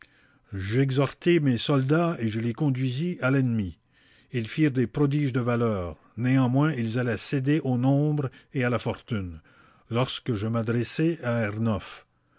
j'exhortai mes soldats et je les conduisis à l'ennemi ils firent des prodiges de valeur néanmoins ils allaient céder au nombre et à la fortune lorsque je m'adressai à